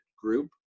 group